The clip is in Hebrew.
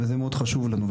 וזה מאוד חשוב לנו.